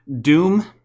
Doom